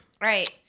right